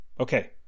Okay